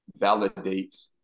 validates